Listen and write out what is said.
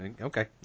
Okay